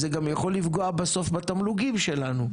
אז זה גם יכול לפגוע בסוף בתמלוגים שלנו.